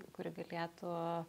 kuri galėtų